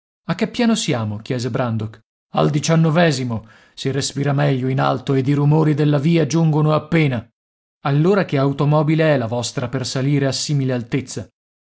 a che piano siamo chiese brandok al diciannovesimo si respira meglio in alto ed i rumori della via giungono appena allora che automobile è la vostra per salire a simile altezza